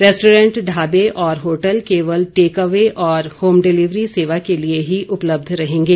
restaurant ढाबे और hotel केवल टेक अवे और होम डिलिवरी सेवा के लिए ही उपलब्ध रहेंगे